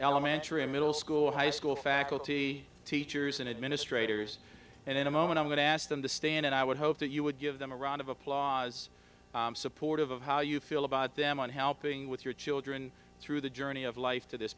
elementary middle school high school faculty teachers and administrators and in a moment i'm going to ask them to stand and i would hope that you would give them a round of applause supportive of how you feel about them on helping with your children through the journey of life to this